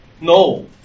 No